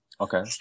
Okay